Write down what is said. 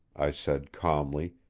i said calmly,